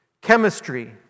chemistry